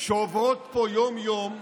שעוברות פה יום-יום,